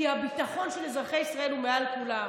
כי הביטחון של אזרחי ישראל הוא מעל כולם.